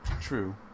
true